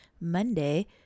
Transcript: Monday